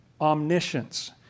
Omniscience